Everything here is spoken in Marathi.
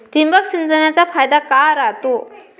ठिबक सिंचनचा फायदा काय राह्यतो?